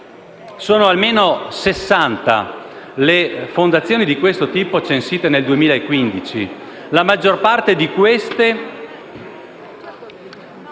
Sono almeno 60 le fondazioni di questo tipo censite nel 2015. La maggior parte di queste